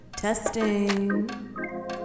Testing